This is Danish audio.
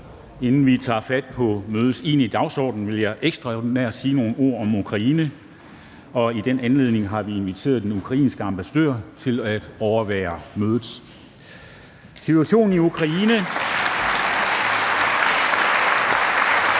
inden vi tager fat på mødets egentlige dagsorden, vil jeg ekstraordinært sige nogle ord om Ukraine. I den anledning har vi inviteret den ukrainske ambassadør til at overvære mødet. (Klapsalver fra